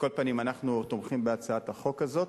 על כל פנים, אנחנו תומכים בהצעת החוק הזאת.